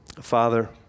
Father